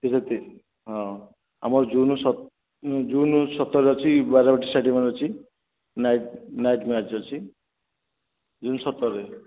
ଠିକ୍ ଅଛି ହଁ ଆମର ଜୁନ୍ ଜୁନ୍ ସତରରେ ଅଛି ବାରବାଟି ଷ୍ଟାଡିଅମ୍ରେ ଅଛି ନାଇଟ୍ ନାଇଟ୍ ମ୍ୟାଚ୍ ଅଛି ଜୁନ୍ ସତରରେ